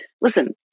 listen